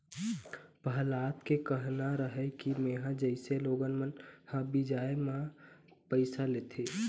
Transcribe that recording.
पहलाद के कहना रहय कि मेंहा जइसे लोगन मन ह बियाज म पइसा लेथे,